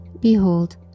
Behold